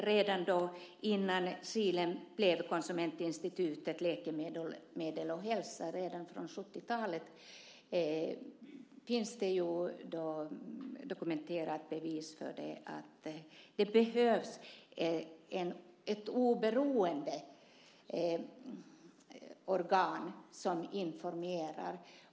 Redan innan Kilen blev Konsumentinstitutet Läkemedel och hälsa, redan från 70-talet, finns det dokumenterade bevis för att det behövs ett oberoende organ som informerar.